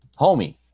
Homie